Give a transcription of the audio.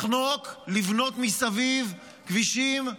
לחנוק, לבנות מסביב כבישים,